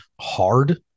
hard